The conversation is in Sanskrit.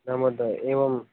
न महोदय एवम्